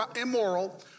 immoral